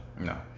No